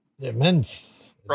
immense